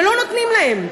ולא נותנים להם.